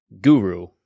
Guru